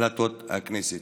החלטות הכנסת.